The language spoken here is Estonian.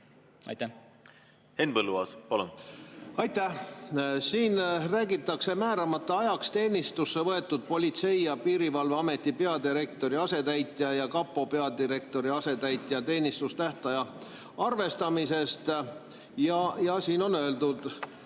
2027. aastat? Aitäh! Siin räägitakse määramata ajaks teenistusse võetud Politsei‑ ja Piirivalveameti peadirektori asetäitja ja kapo peadirektori asetäitja teenistustähtaja arvestamisest. Siin on öeldud,